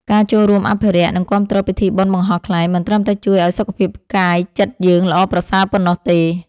ការចូលរួមអភិរក្ស និងគាំទ្រពិធីបុណ្យបង្ហោះខ្លែង មិនត្រឹមតែជួយឱ្យសុខភាពកាយចិត្តយើងល្អប្រសើរប៉ុណ្ណោះទេ។